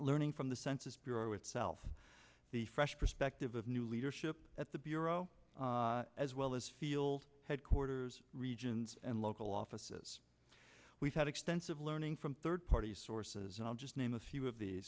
learning from the census bureau itself the fresh perspective of new leadership at the bureau as well as field headquarters regions and local offices we've had extensive learning from third party sources and i'll just name a few of the